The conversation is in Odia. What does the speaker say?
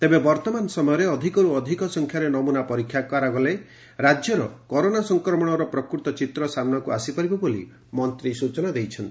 ତେବେ ବର୍ଉମାନ ସମୟରେ ଅଧିକରୁ ଅଧିକ ସଂଖ୍ୟାରେ ନମୁନା ପରୀକ୍ଷା କରାଗଲେ ରାକ୍ୟର କରୋନା ସଂକ୍ରମଣର ପ୍ରକୃତ ଚିତ୍ର ସାମ୍ନାକୁ ଆସିପାରିବ ବୋଲି ମନ୍ତୀ ସୂଚନା ଦେଇଛନ୍ତି